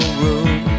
room